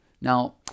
Now